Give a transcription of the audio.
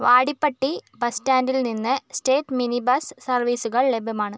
Vadipatti bus സ്റ്റാൻഡിൽ നിന്ന് state mini bus സർവീസുകൾ ലഭ്യമാണ്